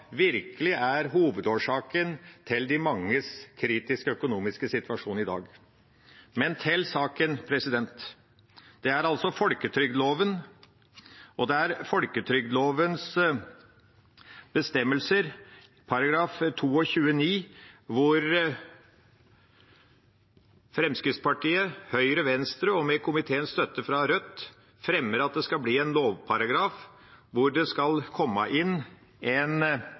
virkelig er hovedårsaken til de manges kritiske økonomiske situasjon i dag. Men til saken: Den gjelder folketrygdloven og dens bestemmelser, § 22-9, hvor Fremskrittspartiet, Høyre og Venstre, med støtte i komiteen fra Rødt, fremmer at det skal bli en lovparagraf hvor det skal komme inn en